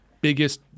biggest